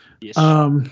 Yes